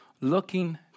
looking